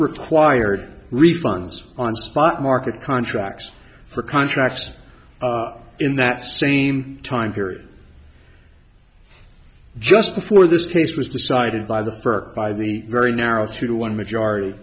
required refunds on spot market contracts for contract in that same time period just before this case was decided by the first by the very narrow two to one majority